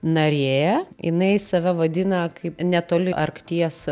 narė jinai save vadina kaip netoli arkties